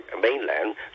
mainland